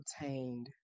obtained